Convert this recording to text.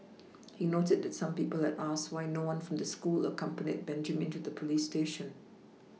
he noted that some people had asked why no one from the school accompanied Benjamin to the police station